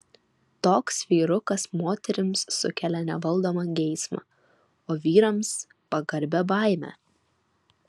toks vyrukas moterims sukelia nevaldomą geismą o vyrams pagarbią baimę